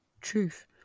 Truth